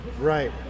Right